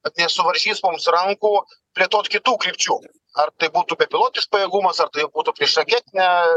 nesuvaržys mums rankų plėtot kitų krypčių ar tai būtų bepilotis pajėgumas ar tai būtų priešraketinė